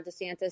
DeSantis